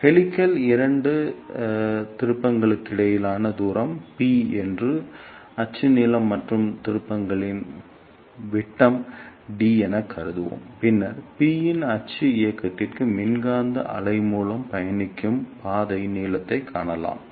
ஹெலிக்ஸின் இரண்டு திருப்பங்களுக்கிடையிலான தூரம் p என்பது அச்சு நீளம் மற்றும் திருப்பங்களின் விட்டம் d எனக் கூறுவோம் பின்னர் p இன் அச்சு இயக்கத்திற்கு மின்காந்த அலை மூலம் பயணிக்கும் பாதை நீளத்தைக் காணலாம்